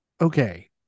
Okay